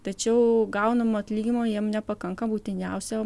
tačiau gaunamo atlyginimo jiem nepakanka būtiniausiem